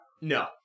No